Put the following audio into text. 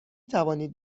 توانید